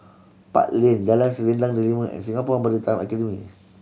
Park Lane Jalan Selendang Delima and Singapore Maritime Academy